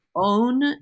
own